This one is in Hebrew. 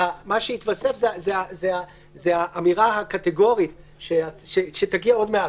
מה שיתווסף זו האמירה הקטגורית שתגיע עוד מעט,